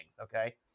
okay